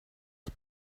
the